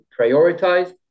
prioritize